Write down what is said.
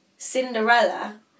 Cinderella